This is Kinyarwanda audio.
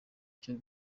cyo